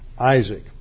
Isaac